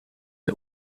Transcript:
der